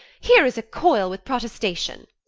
here is a coil with protestation!